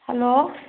hello